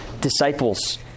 disciples